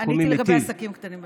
עניתי לגבי עסקים קטנים ובינוניים,